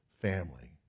family